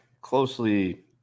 closely